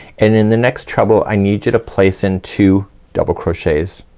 and in the next treble i need you to place in two double crochets.